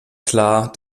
klar